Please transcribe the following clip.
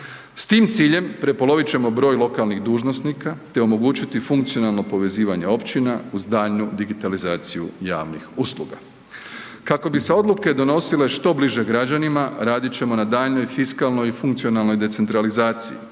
S tim ciljem prepolovit ćemo broj lokalnih dužnosnika, te omogućiti funkcionalno povezivanje općina uz daljnju digitalizaciju javnih usluga. Kako bi se odluke donosile što bliže građanima radit ćemo na daljnjoj fiskalnoj i funkcionalnoj decentralizaciji